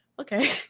okay